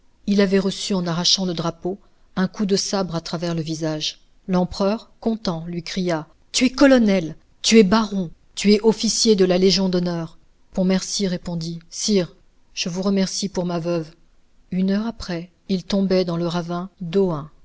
il avait reçu en arrachant le drapeau un coup de sabre à travers le visage l'empereur content lui cria tu es colonel tu es baron tu es officier de la légion d'honneur pontmercy répondit sire je vous remercie pour ma veuve une heure après il tombait dans le ravin